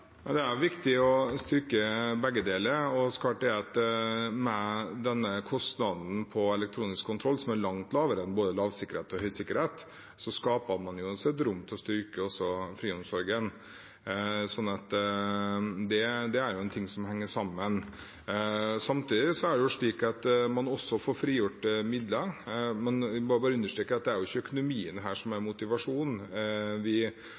begge deler. Det er klart at med en kostnad på elektronisk kontroll som er langt lavere enn ved både lavsikkerhet og høysikkerhet, skaper man et rom for å styrke også friomsorgen. Det er ting som henger sammen. Samtidig er det slik at man får frigjort midler, men jeg vil understreke at det ikke er økonomien her som er motivasjonen. Vi